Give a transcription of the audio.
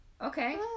okay